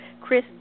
Chris